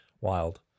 wild